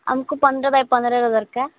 ଆମକୁ ପନ୍ଦର ବାଇ ପନ୍ଦରର ଦରକାର